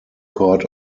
court